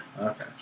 Okay